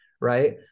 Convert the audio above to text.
right